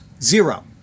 zero